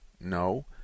No